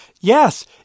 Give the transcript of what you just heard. yes